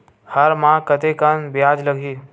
हर माह कतेकन ब्याज लगही?